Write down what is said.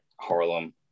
Harlem